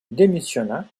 démissionna